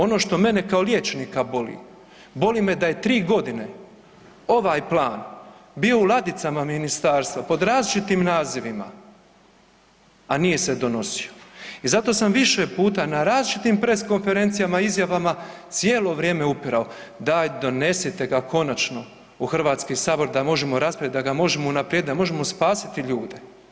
Ono što mene kao liječnika boli, boli me da je 3.g. ovaj plan bio u ladicama ministarstva pod različitim nazivima, a nije se donosio i zato sam više puta na različitim pres konferencijama izjavama cijelo vrijeme upirao „daj donesite ga konačno u HS da možemo raspravit, da ga možemo unaprijedit, da možemo spasiti ljude“